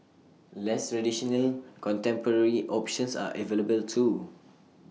less traditional contemporary options are available too